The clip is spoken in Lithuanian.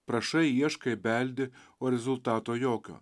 prašai ieškai beldi o rezultato jokio